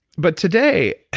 but today,